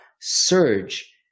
surge